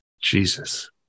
Jesus